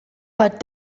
but